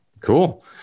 Cool